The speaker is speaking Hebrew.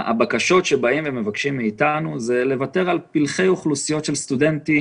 מבקשים מאיתנו לוותר על פלחי אוכלוסיות של סטודנטים.